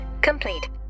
complete